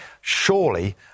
Surely